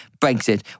Brexit